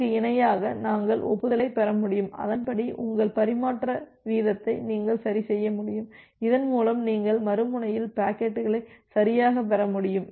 அதற்கு இணையாக நாங்கள் ஒப்புதலைப் பெற முடியும் அதன்படி உங்கள் பரிமாற்ற வீதத்தை நீங்கள் சரிசெய்ய முடியும் இதன் மூலம் நீங்கள் மறுமுனையில் பாக்கெட்டுகளை சரியாகப் பெற முடியும்